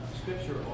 scripture